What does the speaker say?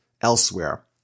elsewhere